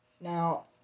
Now